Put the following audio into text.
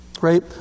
Right